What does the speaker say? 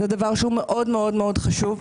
זה דבר שהוא מאוד מאוד מאוד חשוב.